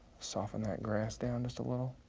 soften that grass down just a little.